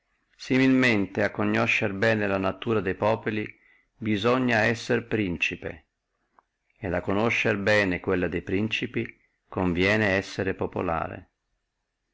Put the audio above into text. similmente a conoscere bene la natura de populi bisogna essere principe et a conoscere bene quella de principi bisogna essere populare